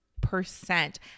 percent